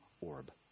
orb